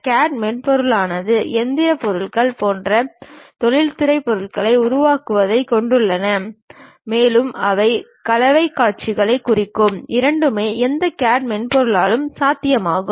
CAD மென்பொருளானது இயந்திரப் பொருட்கள் போன்ற தொழில்துறை பொருள்களை உருவாக்குவதைக் கொண்டுள்ளது மேலும் அவை கலைக் காட்சிகளைக் குறிக்கும் இரண்டுமே எந்த CAD மென்பொருளாலும் சாத்தியமாகும்